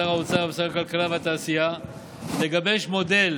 שר האוצר ושר הכלכלה והתעשייה לגבש מודל